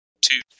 Two